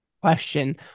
question